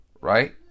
right